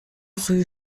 rue